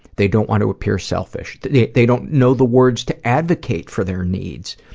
they don't want to appear selfish. they they don't know the words to advocate for their needs.